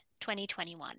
2021